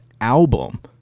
album